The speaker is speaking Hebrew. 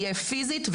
יהיה פיסית,